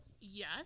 Yes